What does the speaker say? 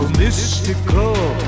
mystical